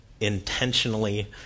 intentionally